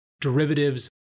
derivatives